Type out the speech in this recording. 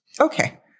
Okay